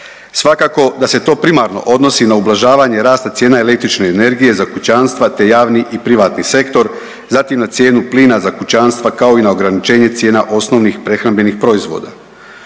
Svakako da se to primarno odnosi na ublažavanje rasta cijena električne energije za kućanstva te javni i privatni sektor. Zatim na cijenu plina za kućanstva kao i na ograničenje cijena osnovnih prehrambenih proizvoda.